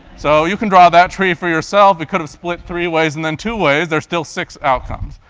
so you can draw that tree for yourself, it could have split three ways and then two ways, there's still six outcomes.